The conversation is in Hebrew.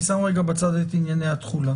אני שם רגע בצד את ענייני התחולה,